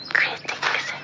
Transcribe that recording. critics